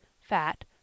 fat